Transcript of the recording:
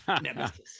Nemesis